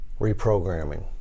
reprogramming